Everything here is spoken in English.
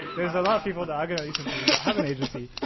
there's a lot of people that and use employees that have an agency,